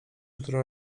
jutro